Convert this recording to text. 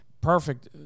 Perfect